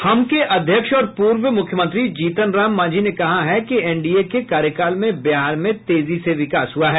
हम के अध्यक्ष और पूर्व मुख्यमंत्री जीतन राम मांझी ने कहा है कि एनडीए के कार्यकाल में बिहार में तेजी से विकास हुआ है